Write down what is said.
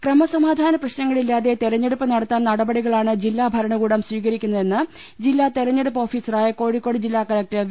ക്രമസമാധാന പ്രശ്നങ്ങളില്ലാതെ തെരഞ്ഞെടുപ്പ് നടത്താൻ നട പടികളാണ് ജില്ലാ ഭരണകൂടം സ്വീകരിക്കുന്നതെന്ന് ജില്ലാ തെരഞ്ഞെ ടുപ്പ് ഓഫീസറായ കോഴിക്കോട് ജില്ലാ കലക്ടർ വി